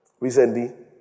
Recently